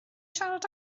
siarad